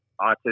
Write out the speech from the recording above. autism